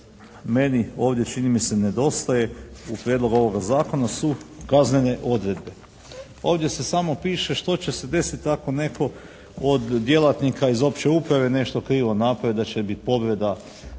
meni ovdje nedostaje u prijedlogu ovoga zakona su kaznene odredbe. Ovdje se samo piše što će se desiti ako netko od djelatnika iz opće uprave nešto krivo napravi, da će biti povreda